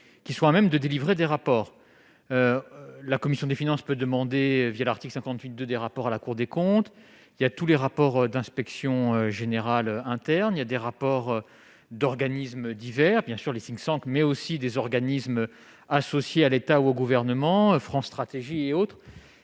qui sont à même de délivrer des rapports, la commission des Finances peut demander via l'article 58 de des rapports à la Cour des comptes, il y a tous les rapports d'inspection générale interne, il y a des rapports d'organismes divers bien sur les 500 km/s, mais aussi des organismes associés à l'État ou au gouvernement, France Stratégie et autres